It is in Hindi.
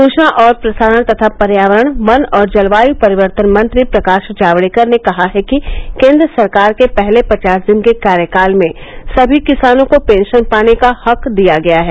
सूचना और प्रसारण तथा पर्यावरण वन और जलवायु परिवर्तन मंत्री प्रकाश जावडेकर ने कहा है कि केन्द्र सरकार के पहले पचास दिन के कार्यकाल में समी किसानों को पेंशन पाने का हक दिया गया है